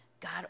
God